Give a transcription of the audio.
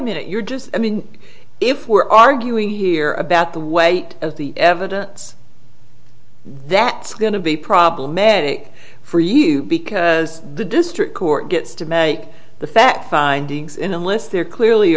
it you're just i mean if we're arguing here about the weight of the evidence that's going to be problematic for you because the district court gets to make the fact findings in a list they're clearly